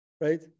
right